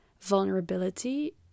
vulnerability